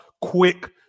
quick